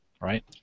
right